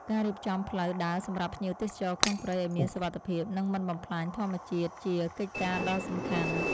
ការរៀបចំផ្លូវដើរសម្រាប់ភ្ញៀវទេសចរក្នុងព្រៃឱ្យមានសុវត្ថិភាព និងមិនបំផ្លាញធម្មជាតិជាកិច្ចការដ៏សំខាន់។